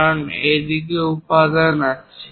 কারণ এই দিকে উপাদান আছে